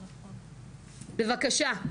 בבקשה.